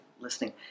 listening